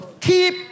keep